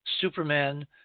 Superman